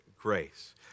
grace